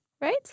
right